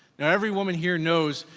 now every woman here knows,